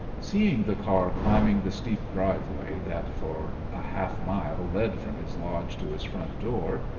seeing the car climbing the steep driveway that for a half-mile led from his lodge to his front door,